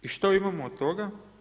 I što imamo od toga?